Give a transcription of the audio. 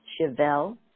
Chevelle